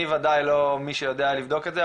אני וודאי לא מי שיודע לבדוק את זה,